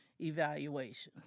evaluations